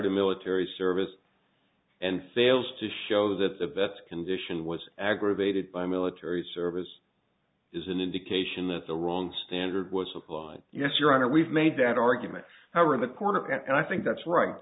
to military service and fails to show that the vets condition was aggravated by military service is an indication that the wrong standard was applied yes your honor we've made that argument around the corner and i think that's right